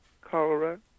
cholera